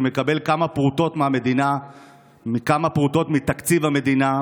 מקבל כמה פרוטות מתקציב המדינה,